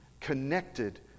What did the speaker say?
connected